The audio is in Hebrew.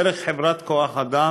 הם דרך חברת כוח אדם,